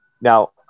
Now